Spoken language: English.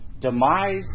demise